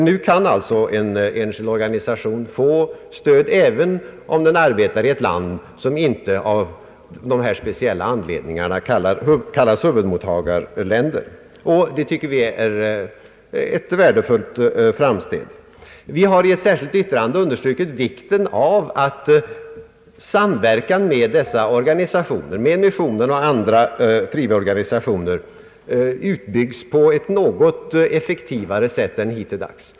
Nu kan alltså en enskild organisation få stöd även om den arbetar i ett land som inte av här anförda speciella anledningar kallas huvudmottagarland. Detta tycker vi är ett värdefullt framsteg. Vi har i ett särskilt yttrande understrukit vikten av att samverkan med dessa organisationer, med missionen och andra frivilliga organisationer, byggs ut på ett något effektivare sätt än hittills.